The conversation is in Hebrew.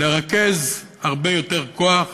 לרכז הרבה יותר כוח